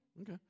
Okay